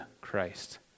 Christ